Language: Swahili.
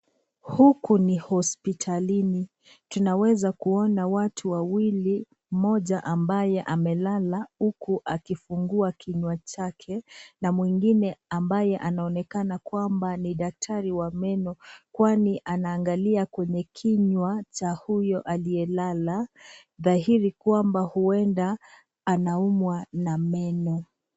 Huku ni hosipitalini. Tunaweza kuona watu wawili mmoja ambaye amelala huku akifungua kinywa chake na mwingine ambaye anaonekana kwamba ni daktari wa meno, kwani anaangalia kwenye kinywa cha huyo aliyelala dhahiri kwamba huenda anaumwa na meno.